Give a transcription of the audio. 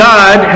God